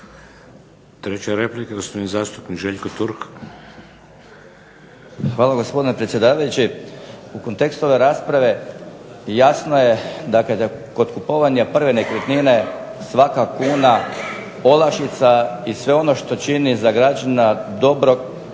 Treća replika gospodin zastupnik Željko Turk. **Turk, Željko (HDZ)** Hvala gospodine potpredsjedniče. U tekstu ove rasprave jasno da kod kupovanja prve nekretnine svaka kuna olakšica i sve ono što čini za građana dobro